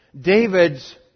David's